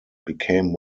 became